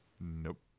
Nope